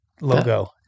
logo